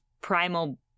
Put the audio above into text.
primal